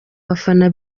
bafana